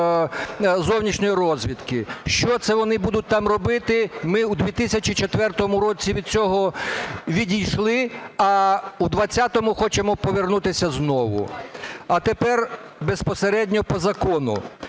зовнішньої розвідки. Що це вони будуть там робити? Ми у 2004 році від цього відійшли, а у 20-му хочемо повернутися знову. А тепер безпосередньо по закону.